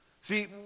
See